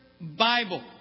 Bible